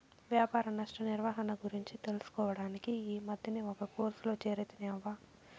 వ్యాపార నష్ట నిర్వహణ గురించి తెలుసుకోడానికి ఈ మద్దినే ఒక కోర్సులో చేరితిని అవ్వా